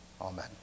Amen